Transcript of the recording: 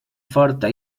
forta